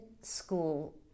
school